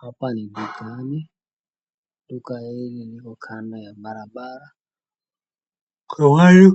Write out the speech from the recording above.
Hapa ni dukani. Duka hili liko kando ya barabara, kunao